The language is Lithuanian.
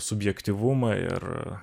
subjektyvumą ir